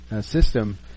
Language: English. system